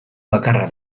bakarra